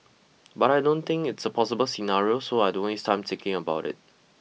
but I don't think it's a possible scenario so I don't waste time thinking about it